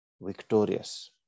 victorious